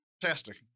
Fantastic